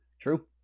True